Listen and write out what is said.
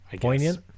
Poignant